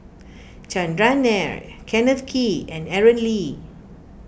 Chandran Nair Kenneth Kee and Aaron Lee